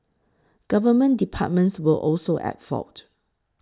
government departments were also at fault